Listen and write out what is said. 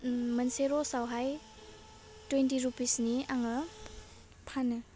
ओम मोनसे रसाआवहाय टुइन्टि रुपिसनि आङो फानो